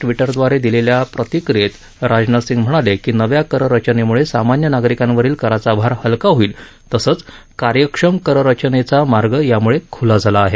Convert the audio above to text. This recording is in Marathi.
ट्विटदवारे दिलेल्या प्रतिक्रियेत राजनाथ सिंग म्हणाले नव्या कर रचनेमुळे सामान्य नागरिकांवरील कराचा भार हलका होईल तसेच कार्यक्षम कर रचनेचा मार्ग याम्ळे ख्ला झाला आहे